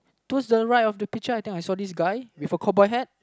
towards the right of the picture I think I saw this guy with a cobber hat